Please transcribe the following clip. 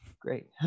great